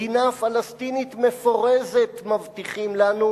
מדינה פלסטינית מפורזת מבטיחים לנו,